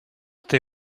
they